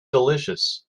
delicious